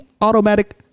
automatic